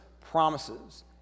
promises